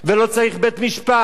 ולא צריך בית-משפט,